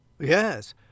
Yes